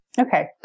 Okay